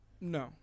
no